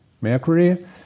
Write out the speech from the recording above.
Mercury